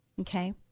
okay